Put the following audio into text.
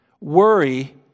Worry